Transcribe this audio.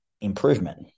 improvement